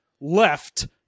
left